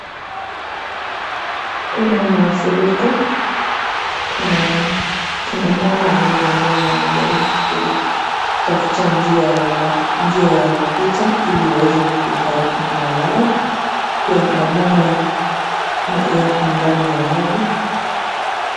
Kuna mafuriko kuna kinamama wawili ambao wanajaribu kutafuta njia ya kupita ili waweze kufika boma lao pia maboma yapo ndani ya maji.